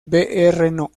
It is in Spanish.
brno